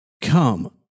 Come